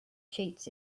cheats